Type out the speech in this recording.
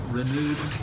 renewed